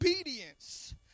obedience